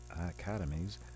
academies